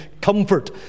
comfort